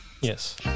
Yes